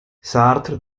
sartre